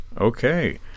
Okay